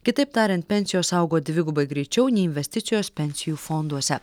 kitaip tariant pensijos augo dvigubai greičiau nei investicijos pensijų fonduose